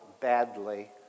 badly